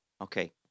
Okay